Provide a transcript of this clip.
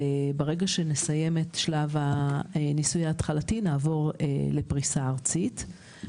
וברגע שנסיים את שלב הניסוי ההתחלתי נעבור לפריסה ארצית.